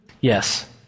Yes